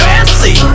Fancy